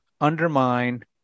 undermine